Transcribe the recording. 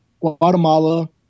Guatemala